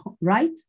right